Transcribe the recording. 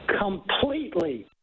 completely